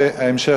וההמשך,